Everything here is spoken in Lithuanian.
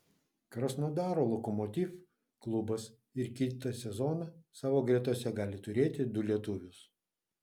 krasnodaro lokomotiv klubas ir kitą sezoną savo gretose gali turėti du lietuvius